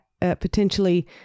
potentially